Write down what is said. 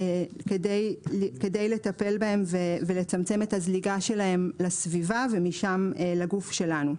כדי לטפל בהם ולצמצם את הזליגה שלהם לסביבה ומשם לגוף שלנו.